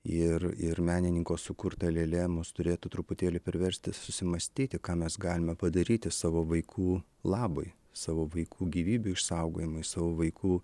ir ir menininko sukurta lėlė mus turėtų truputėlį priversti susimąstyti ką mes galime padaryti savo vaikų labui savo vaikų gyvybių išsaugojimui savo vaikų